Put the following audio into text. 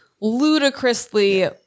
ludicrously